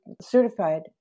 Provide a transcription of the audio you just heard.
certified